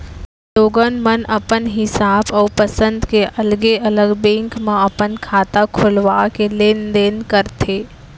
लोगन मन अपन हिसाब अउ पंसद के अलगे अलग बेंक म अपन खाता खोलवा के लेन देन ल करथे